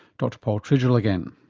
dr paul tridgell again.